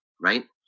right